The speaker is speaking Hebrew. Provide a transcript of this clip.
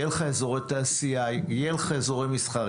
יהיו לך אזורי תעשייה ויהיו לך אזורי מסחר.